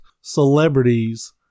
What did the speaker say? celebrities